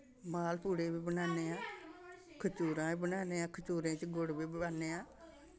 मालपूड़े बी बनान्ने आं खजूरां बी बनान्ने आं खजूरें च गुड़ बी पान्ने आं